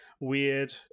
weird